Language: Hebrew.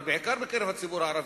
אבל בעיקר בקרב הציבור הערבי,